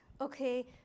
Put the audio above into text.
Okay